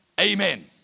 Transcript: Amen